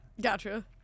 Gotcha